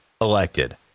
elected